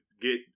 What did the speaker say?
get